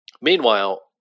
Meanwhile